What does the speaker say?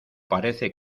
parece